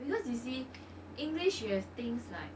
because you see english you have things like